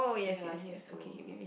yea need have to